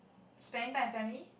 spending time with family